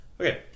Okay